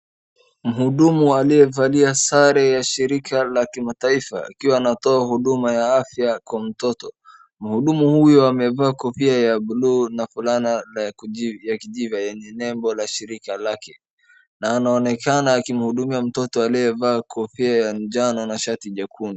Mhudumu aliyevalia sare ya shirika la kimataifa akiwa anatoa huduma ya afya kwa mtoto. Mhudumu huyu amevaa kofia ya bluu na fulana la kijivu yenye nembo ya shirika lake na ananonekana akimhudumia mtoto aliyevaa kofia ya jano na shati jekundu.